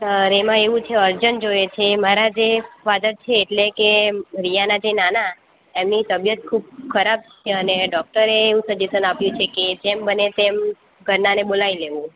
sir એમાં એવું છે કે અર્જન્ટ જોઈએ છે મારા જે ફાધર છે એટલે કે રિયાના જે નાના એમની તબિયત ખૂબ ખરાબ છે અને ડોક્ટરે એવું સજેશન આપ્યું છે કે જેમ બને તેમ ઘરનાને બોલાવી લેવું